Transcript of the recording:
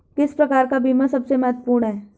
किस प्रकार का बीमा सबसे महत्वपूर्ण है?